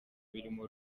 birimo